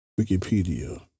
Wikipedia